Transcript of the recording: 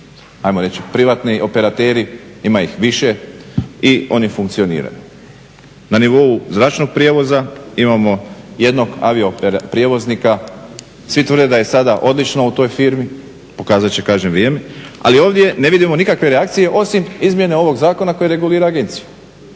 ajmo reći privatni operateri, ima ih više i oni funkcioniraju. Na nivou zračnog prijevoza imamo jednog avioprijevoznika. Svi tvrde da je sada odlično u toj firmi, pokazat će kažem vrijeme, ali ovdje ne vidimo nikakve reakcije osim izmjene ovog zakona koji regulira agenciju.